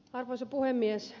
arvoisa puhemies